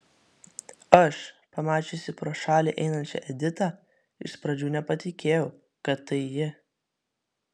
aš pamačiusi pro šalį einančią editą iš pradžių nepatikėjau kad tai ji